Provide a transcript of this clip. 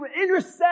intercept